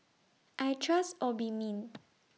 I Trust Obimin